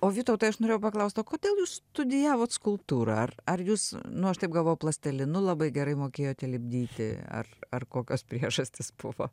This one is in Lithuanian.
o vytautai aš norėjau paklaust o kodėl jūs studijavot skulptūrą ar ar jūs nu aš taip galvoju plastilinu labai gerai mokėjote lipdyti ar ar kokios priežastys buvo